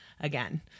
again